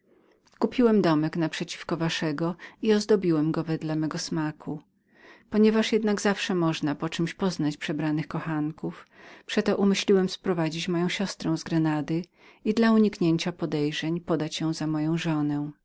kupiłem domek naprzeciwko waszego i ozdobiłem go wedle mego smaku ponieważ jednak zawsze można po czemś poznać przebranych kochanków przeto umyśliłem sprowadzić moją siostrę z grenady i dla uniknięcia podejrzeń udać ją za moją żonę